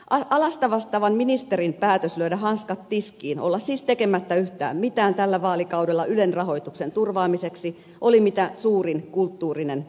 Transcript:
alasta vastaavan ministerin päätös lyödä hanskat tiskiin olla siis tekemättä yhtään mitään tällä vaalikaudella ylen rahoituksen turvaamiseksi oli mitä suurin kulttuurillinen antiteko